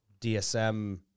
DSM